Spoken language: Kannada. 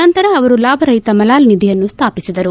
ನಂತರ ಅವರು ಲಾಭ ರಹಿತ ಮಲಾಲ ನಿಧಿಯನ್ನು ಸ್ಥಾಪಿಸಿದರು